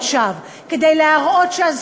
כדי להראות שאין הודאות שווא,